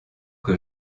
que